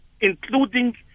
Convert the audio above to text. including